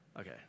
Okay